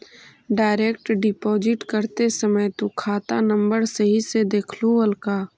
Direct deposit करते समय तु खाता नंबर सही से देखलू हल का?